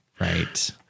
Right